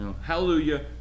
Hallelujah